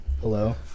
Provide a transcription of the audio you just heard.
hello